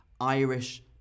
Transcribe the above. Irish